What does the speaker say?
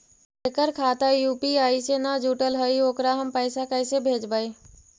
जेकर खाता यु.पी.आई से न जुटल हइ ओकरा हम पैसा कैसे भेजबइ?